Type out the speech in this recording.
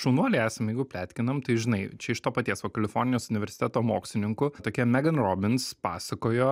šaunuoliai esam jeigu pletkinam tai žinai čia iš to paties va kalifornijos universiteto mokslininkų tokia megan robins pasakojo